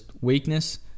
weakness